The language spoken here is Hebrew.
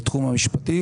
המשפטי.